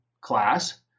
class